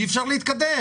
אי אפשר להתקדם.